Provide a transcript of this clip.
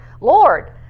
Lord